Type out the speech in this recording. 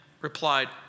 replied